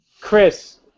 Chris